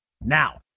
Now